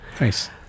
Nice